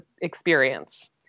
experience